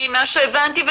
ממה שהבנתי,